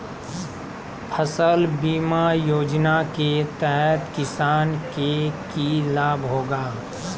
फसल बीमा योजना के तहत किसान के की लाभ होगा?